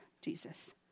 Jesus